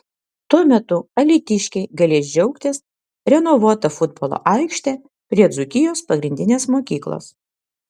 tuo metu alytiškiai galės džiaugtis renovuota futbolo aikšte prie dzūkijos pagrindinės mokyklos